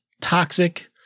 toxic